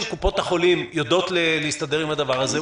קופות החולים יודעות להסתדר עם הדבר הזה.